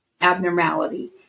abnormality